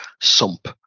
sump